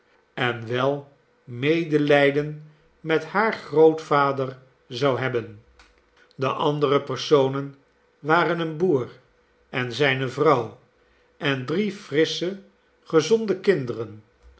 en wel medelijden met haar grootvader zou hebben de andere personen waren een boer en zijne vrouw en drie frissche gezonde kinderen